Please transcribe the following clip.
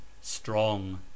Strong